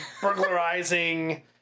burglarizing